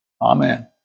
Amen